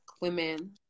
women